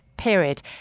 period